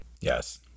Yes